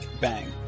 Bang